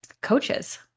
coaches